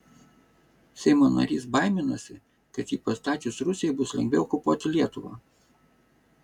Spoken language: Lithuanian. seimo narys baiminosi kad jį pastačius rusijai bus lengviau okupuoti lietuvą